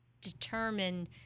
determine